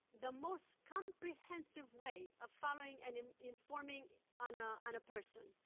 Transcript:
the most comprehensive way of following and informing on ah on a person,